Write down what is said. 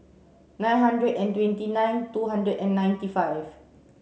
nine hundred and twenty nine two hundred and ninety five